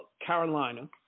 Carolina